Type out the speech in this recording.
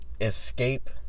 escape